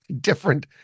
different